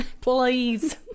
please